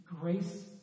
grace